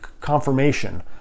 confirmation